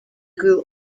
grew